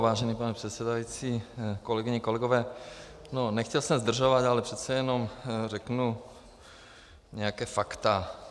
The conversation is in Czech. Vážený pane předsedající, kolegyně, kolegové, nechtěl jsem zdržovat, ale přece jenom řeknu nějaká fakta.